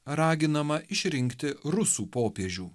raginama išrinkti rusų popiežių